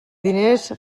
diners